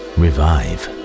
revive